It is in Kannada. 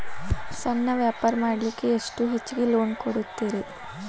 ಸಣ್ಣ ವ್ಯಾಪಾರ ಮಾಡ್ಲಿಕ್ಕೆ ಎಷ್ಟು ಹೆಚ್ಚಿಗಿ ಲೋನ್ ಕೊಡುತ್ತೇರಿ?